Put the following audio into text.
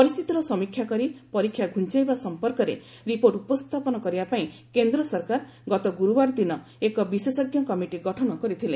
ପରିସ୍ଥିତିର ସମୀକ୍ଷା କରି ପରୀକ୍ଷା ଘୁଞ୍ଚାଇବା ସମ୍ପର୍କରେ ରିପୋର୍ଟ ଉପସ୍ଥାପନ କରିବାପାଇଁ କେନ୍ଦ୍ର ସରକାର ଗତ ଗୁରୁବାର ଦିନ ଏକ ବିଶେଷଜ୍ଞ କମିଟି ଗଠନ କରିଥିଲେ